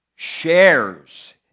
shares